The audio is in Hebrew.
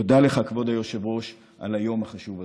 תודה לך, כבוד היושב-ראש, על היום החשוב הזה.